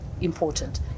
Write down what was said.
important